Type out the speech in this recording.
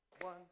one